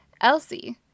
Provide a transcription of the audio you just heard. Elsie